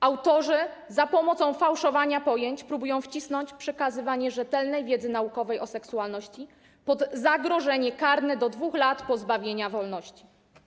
Autorzy za pomocą fałszowania pojęć próbują wcisnąć przekazywanie rzetelnej wiedzy naukowej o seksualności pod zagrożenie karne do 2 lat pozbawienia wolności.